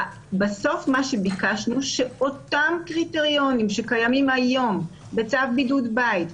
בסוף מה שביקשנו שאותם קריטריונים שקיימים היום בצו בידוד בית,